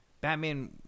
Batman